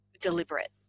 deliberate